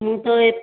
ମୁଁ ତ ଏ